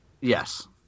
Yes